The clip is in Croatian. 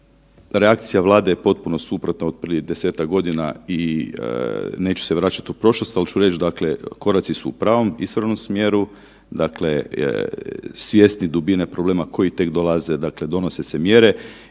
Reakcija Vlade je potpuno suprotna od prije 10-tak godina i neću se vraćati u prošlost, ali ću reći dakle koraci su u pravom, ispravnom smjeru, dakle svjesni dubine problema koji tek dolaze donose se mjere.